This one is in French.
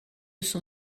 son